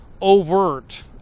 overt